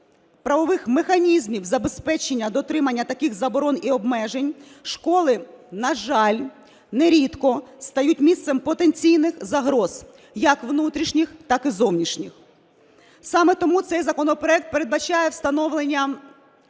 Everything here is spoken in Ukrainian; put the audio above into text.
правових механізмів забезпечення дотримання таких заборон і обмежень, школи на жаль нерідко стають місцем потенційних загроз як внутрішніх, так і зовнішніх. Саме тому цей законопроект передбачає встановлення